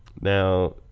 Now